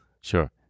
Sure